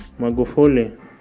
Magufuli